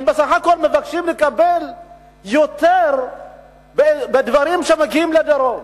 הם בסך הכול מבקשים לקבל יותר בדברים שמגיעים לדרום.